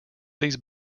these